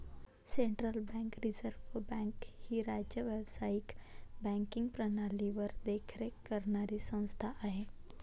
central bank reserve bank ही राज्य व्यावसायिक बँकिंग प्रणालीवर देखरेख करणारी संस्था आहे